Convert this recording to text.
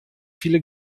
viele